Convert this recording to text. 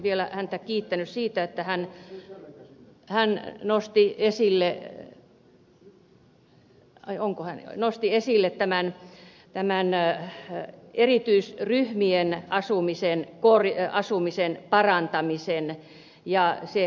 olisin häntä vielä kiittänyt siitä että hän nosti esille erityisryhmien asumisen parantamisen